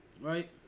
right